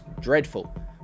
dreadful